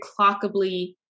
clockably